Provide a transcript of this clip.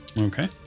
okay